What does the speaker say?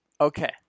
okay